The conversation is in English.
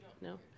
no